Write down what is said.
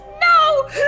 no